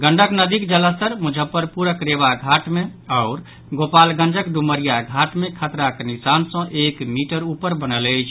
गंडक नदीक जलस्तर मुजफ्फरपुरक रेवा घाट मे आओर गोपालगंजक डुमरिया घाट मे खतराक निशान सँ एक मीटर ऊपर बनल अछि